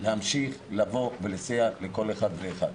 להמשיך לסייע לכל אחד ואחד.